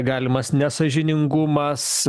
galimas nesąžiningumas